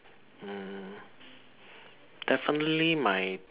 mm definitely my